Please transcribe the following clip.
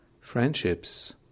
friendships